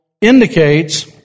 indicates